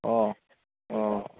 अ अ